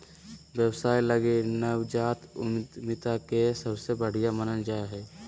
व्यवसाय लगी नवजात उद्यमिता के सबसे बढ़िया मानल जा हइ